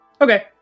Okay